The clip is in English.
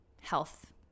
health